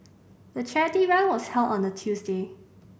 the charity run was held on a Tuesday